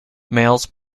males